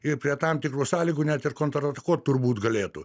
ir prie tam tikrų sąlygų net ir kontratakuot turbūt galėtų